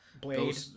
blade